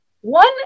one